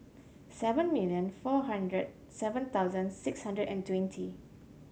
seven million four hundred seven thousand six hundred and twenty